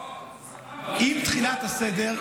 לא, זה סבבה.